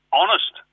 honest